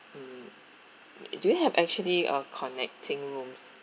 mm do you like have uh do you have actually a connecting rooms